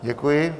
Děkuji.